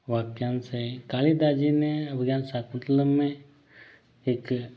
वाक्यांश हैं कालिदास जी ने अभिज्ञान शाकुंतलम में एक